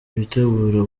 biteguraga